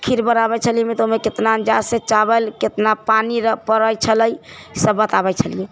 खीर बनाबै छलिए तऽ ओहिमे कतना अन्दाजसँ चावल कतना पानी पड़ै छलै सब बताबै छलिए